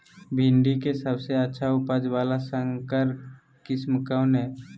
भिंडी के सबसे अच्छा उपज वाला संकर किस्म कौन है?